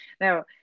now